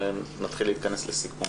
ונתחיל להתכנס לסיכום.